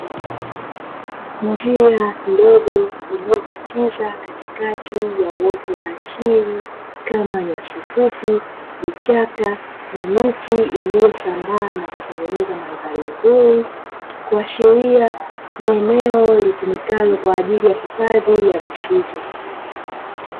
Njia ndogo iliyokatiza katikati ya uoto wa asili kama nyasi fupi, vichaka na miti iliyosambaa na kutengeneza madhari nzuri, kuashiria ni eneo litumikalo kwa ajili ya hifadhi ya misitu.